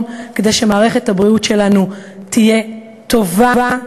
כדי שמערכת הבריאות שלנו תהיה טובה,